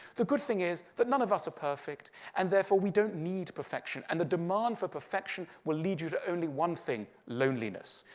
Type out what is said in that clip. the good thing is that none of us are perfect and, therefore, we don't need perfection. and the demand for perfection will lead you to only one thing, loneliness.